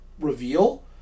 reveal